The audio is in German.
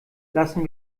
lassen